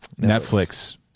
Netflix